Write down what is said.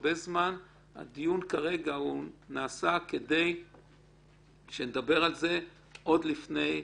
והדיון כרגע נעשה כדי שנדבר על זה עוד לפני ההצעה,